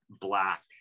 black